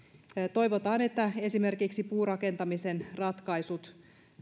toivotaan että esimerkiksi puurakentamisen ratkaisut